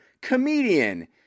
comedian